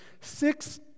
Six